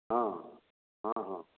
ହଁ ହଁ ହଁ